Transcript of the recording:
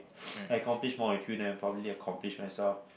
I accomplish more with you than probably accomplish myself